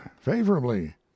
favorably